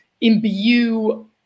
imbue